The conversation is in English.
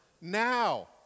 Now